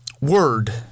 word